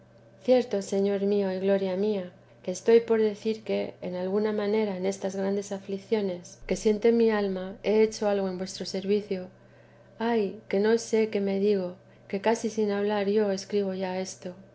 cierto señor mío y gloria mía que estoy por decir que en alguna manera en estas grandes aflicciones que siente mi alma he hecho algo en vuestro servicio ay que no sé qué me digo que casi sin hablar yo escribo ya esto